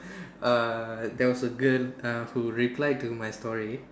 err there was a girl uh who replied to my story